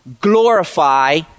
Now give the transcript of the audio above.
glorify